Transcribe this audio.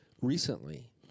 recently